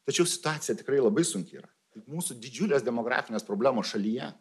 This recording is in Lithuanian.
tačiau situacija tikrai labai sunki yra mūsų didžiulės demografinės problemos šalyje